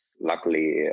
Luckily